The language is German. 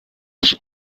nicht